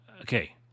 Okay